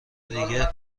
دیگه